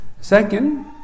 Second